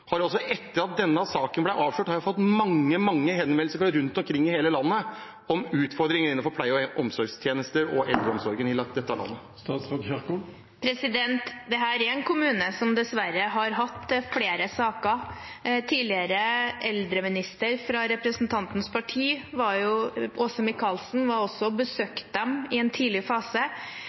Etter at denne saken ble avslørt, har jeg dessverre fått mange, mange henvendelser fra rundt omkring i hele landet om utfordringer innenfor pleie- og omsorgstjenester og eldreomsorgen i dette landet. Dette er en kommune som dessverre har hatt flere saker. Tidligere eldreminister fra representantens parti, Åse Michaelsen, var også og besøkte dem i en tidlig fase,